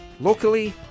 locally